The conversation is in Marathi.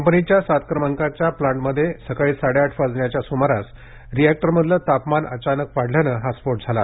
कंपनीच्या सात क्रमांकाच्या प्लॅंटमध्ये सकाळी साडेआठ वाजण्याच्या सुमारास रिएक्टरमधलं तापमान अचानक वाढल्यानं स्फोट झाला